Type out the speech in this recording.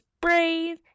brave